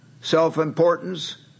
self-importance